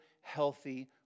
healthy